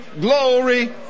glory